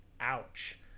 Ouch